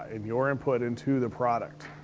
and your input into the product.